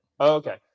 Okay